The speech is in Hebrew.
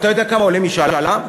אתה יודע כמה עולה משאל עם?